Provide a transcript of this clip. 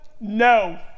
No